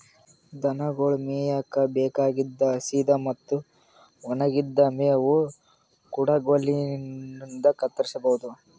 ದನಗೊಳ್ ಮೇಯಕ್ಕ್ ಬೇಕಾಗಿದ್ದ್ ಹಸಿದ್ ಮತ್ತ್ ಒಣಗಿದ್ದ್ ಮೇವ್ ಕುಡಗೊಲಿನ್ಡ್ ಕತ್ತರಸಬಹುದು